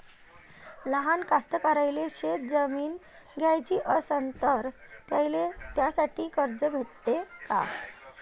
लहान कास्तकाराइले शेतजमीन घ्याची असन तर त्याईले त्यासाठी कर्ज भेटते का?